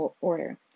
order